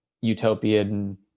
utopian